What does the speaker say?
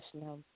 no